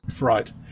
Right